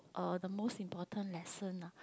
uh the most important lesson ah